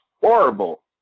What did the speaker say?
horrible